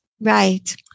Right